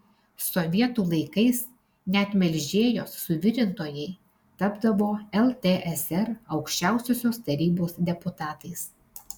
sovietų laikais net melžėjos suvirintojai tapdavo ltsr aukščiausiosios tarybos deputatais